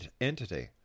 entity